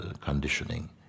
conditioning